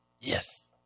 Yes